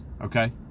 okay